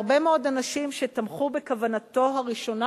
הרבה מאוד אנשים שתמכו בכוונתו הראשונה